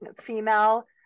female